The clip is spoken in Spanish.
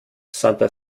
santa